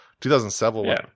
2007